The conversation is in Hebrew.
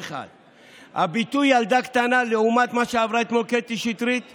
הם פשוט לא מתייחסים להתנהלות הבלתי-נסבלת של